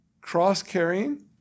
cross-carrying